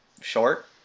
short